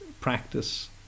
practice